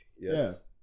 yes